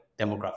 demographic